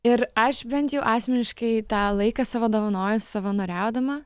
ir aš bent jau asmeniškai tą laiką savo dovanoju savanoriaudama